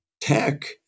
tech